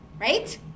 right